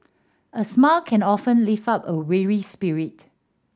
a smile can often lift up a weary spirit